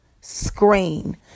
screen